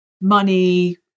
money